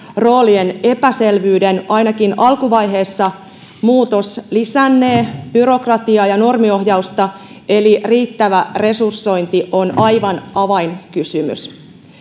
roolien epäselvyyden ainakin alkuvaiheessa muutos lisännee byrokratiaa ja normiohjausta eli riittävä resursointi on aivan avainkysymys